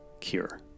cure